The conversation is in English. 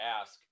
ask